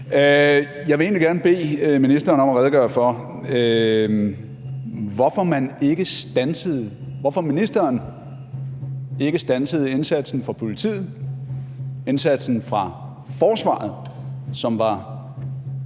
Jeg vil egentlig gerne bede ministeren om at redegøre for, hvorfor ministeren ikke standsede indsatsen fra politiet, indsatsen fra forsvaret, som var